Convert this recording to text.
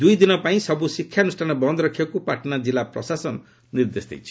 ଦୁଇ ଦିନ ପାଇଁ ସବୁ ଶିକ୍ଷାନୁଷ୍ଠାନ ବନ୍ଦ୍ ରଖିବାକୁ ପାଟନା ଜିଲ୍ଲା ପ୍ରଶାସନ ନିର୍ଦ୍ଦେଶ ଦେଇଛି